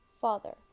Father